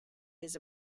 his